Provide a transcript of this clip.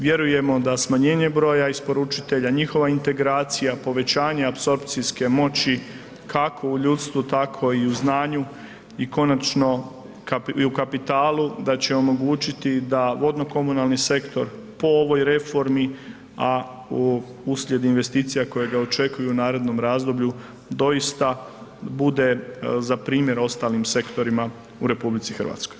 Vjerujemo da smanjenje broja isporučitelja, njihova integracija, povećanje apsorpcijske moći kako u ljudstvu, tako i u znanju i konačno i u kapitalu, da će omogućiti da vodno-komunalni sektor po ovoj reformi, a uslijed investicija koje ga očekuju u narednom razdoblju doista bude za primjer ostalim sektorima u RH.